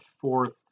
fourth